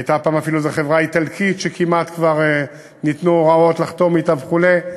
הייתה פעם אפילו חברה איטלקית שכמעט כבר ניתנו הוראות לחתום אתה וכו'.